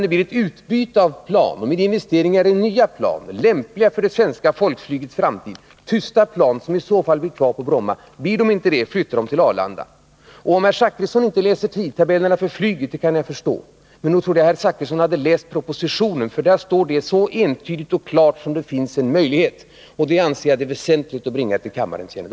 Det blir alltså fråga om investeringar i nya flygplan, lämpliga för det svenska folkflygets framtid. Enbart tysta plan blir kvar på Bromma flygfält. De som inte är det får flytta till Arlanda. Jag kan förstå att Bertil Zachrisson inte läser flygtidtabellerna, men nog trodde jag att han hade läst propositionen. Vad jag nu har ansett som väsentligt att bringa till kammarens kännedom står också klart och entydigt i propositionen.